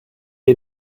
est